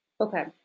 Okay